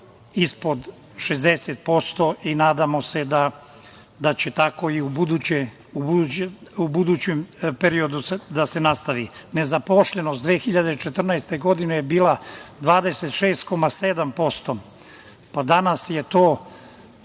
ispod 60% i nadamo se da će tako i u budućem periodu da se nastavi. Nezaposlenost 2014. godine je bila 26,7%, pa danas je to